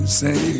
say